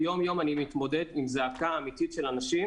ויום יום אני מתמודד עם זעקה אמיתית של אנשים